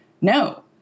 no